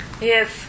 yes